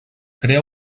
crea